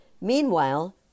Meanwhile